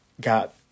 got